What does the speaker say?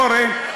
אורן,